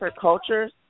cultures